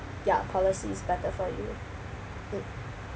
ya policy is better for you mm